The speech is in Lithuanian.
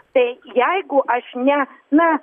tai jeigu aš ne na